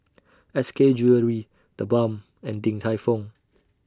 S K Jewellery TheBalm and Din Tai Fung